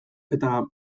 eta